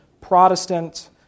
Protestant